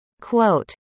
quote